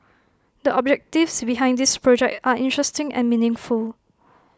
the objectives behind this project are interesting and meaningful